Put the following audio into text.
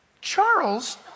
Charles